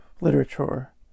literature